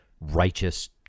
righteous